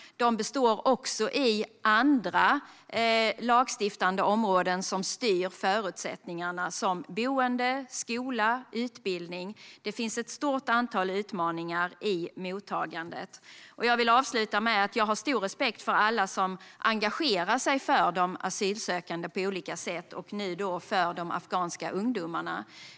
De består också av att andra lagstiftande områden styr förutsättningarna, såsom boende, skola och utbildning. Det finns ett stort antal utmaningar i mottagandet. Jag vill avsluta med att säga att jag har stor respekt för alla som på olika sätt engagerar sig för de asylsökande och nu för de afghanska ungdomarna.